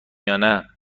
یانه